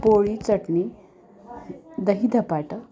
पोळी चटणी दही धपाटा